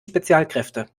spezialkräfte